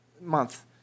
month